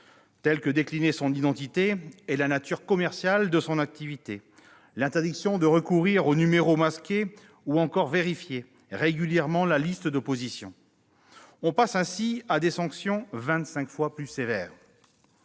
de décliner son identité et la nature commerciale de son activité, l'interdiction de recourir aux numéros masqués ou encore la nécessité de vérifier régulièrement la liste d'opposition. On passe ainsi à des sanctions vingt-cinq fois plus sévères.